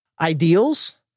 ideals